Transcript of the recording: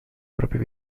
propios